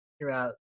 throughout